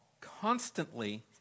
constantly